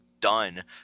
done